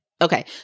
Okay